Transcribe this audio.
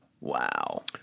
Wow